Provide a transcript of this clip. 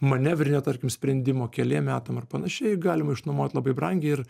manevrinio tarkim sprendimo keliem metam ar panašiai galima išnuomot labai brangiai ir